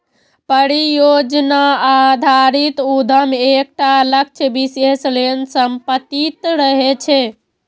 परियोजना आधारित उद्यम एकटा लक्ष्य विशेष लेल समर्पित रहै छै